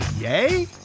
yay